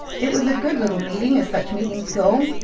it was a good little meeting as such meetings go.